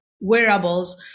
wearables